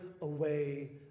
away